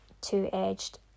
two-edged